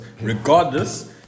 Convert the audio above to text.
regardless